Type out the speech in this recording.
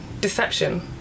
deception